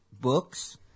books